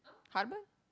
heartburn